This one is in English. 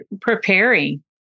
preparing